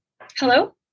Hello